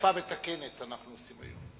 העדפה מתקנת אנחנו עושים היום.